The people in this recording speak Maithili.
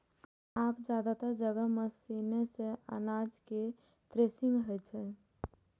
आब जादेतर जगह मशीने सं अनाज केर थ्रेसिंग होइ छै